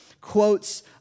quotes